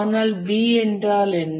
ஆனால் B என்றால் என்ன